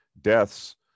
deaths